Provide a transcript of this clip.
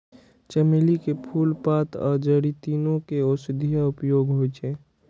चमेली के फूल, पात आ जड़ि, तीनू के औषधीय उपयोग होइ छै